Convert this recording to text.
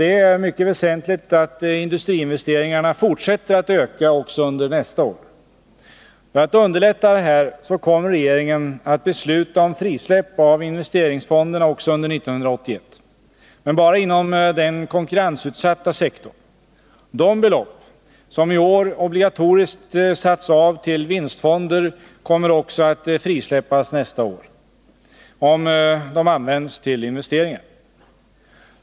Det är mycket väsentligt att industriinvesteringarna fortsätter att öka också under nästa år. För att underlätta detta kommer regeringen att besluta om frisläpp av investeringsfonderna också under 1981, men bara inom den konkurrensutsatta sektorn. De belopp som i år obligatoriskt satts av till vinstfonder kommer också att frisläppas nästa år, om de används till investeringar.